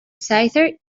seither